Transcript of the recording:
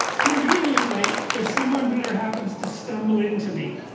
conveniently if someone bitter happens to stumble into me